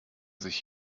sich